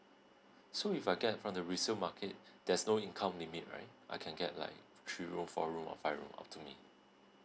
so if I get from the resale market there's no income limit right I can get like three room four room or five room up to me